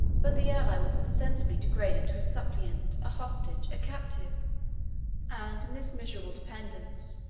but the ally was insensibly degraded to a suppliant, a hostage, a captive and in this miserable dependence,